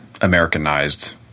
Americanized